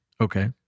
Okay